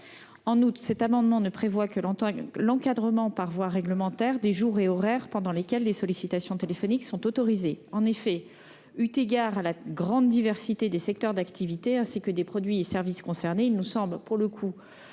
En outre, n'est visé que l'encadrement, par voie réglementaire, des jours et horaires pendant lesquels les sollicitations téléphoniques sont autorisées. En effet, eu égard à la grande diversité des secteurs d'activité ainsi que des produits et services concernés, il semble très